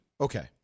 Okay